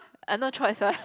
I've no choice what